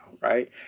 right